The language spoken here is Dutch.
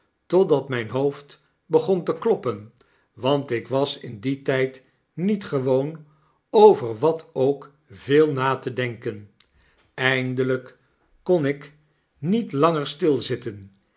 begon te kloppen want ik was in dien tijd niet gewoon over wat ook veelnate denken eindelyk kon ik niet langer stibitten